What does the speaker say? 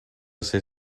ser